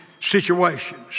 situations